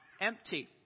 empty